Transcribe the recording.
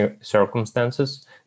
circumstances